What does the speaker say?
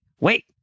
wait